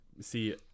See